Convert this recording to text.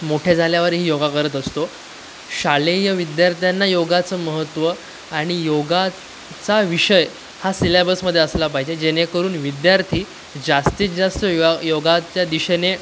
मोठे झाल्यावरही योगा करत असतो शालेय विद्यार्थ्यांना योगाचं महत्त्व आणि योगाचा विषय हा सिलॅबसमध्ये असला पाहिजे जेणेकरून विद्यार्थी जास्तीत जास्त योगाच्या दिशेने